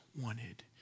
wanted